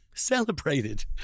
celebrated